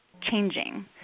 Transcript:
changing